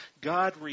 God